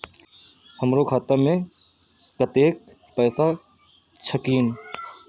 हमरो खाता में कतेक पैसा छकीन?